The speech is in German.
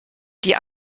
die